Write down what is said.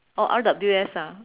oh R_W_S ah